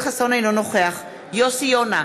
אינו נוכח יוסי יונה,